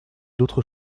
d’autre